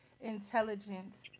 Intelligence